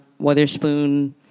Weatherspoon